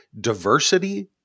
diversity